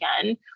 again